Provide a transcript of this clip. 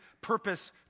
purpose